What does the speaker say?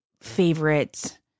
favorite